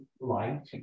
light